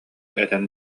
этэн